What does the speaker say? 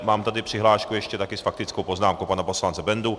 Mám tady přihlášku ještě také s faktickou poznámkou pana poslance Bendy.